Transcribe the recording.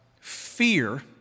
fear